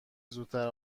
زودتر